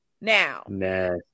Now